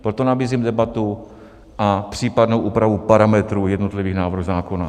Proto nabízím debatu a případnou úpravu parametrů jednotlivých návrhů zákona.